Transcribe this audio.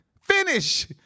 Finish